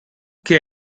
che